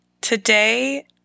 Today